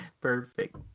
Perfect